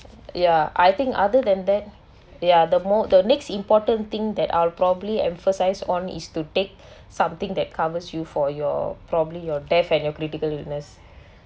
ya I think other than that ya the more the next important thing that I'll probably emphasize on is to take something that covers you for your probably your death and your critical illness